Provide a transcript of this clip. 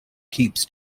keeps